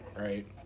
right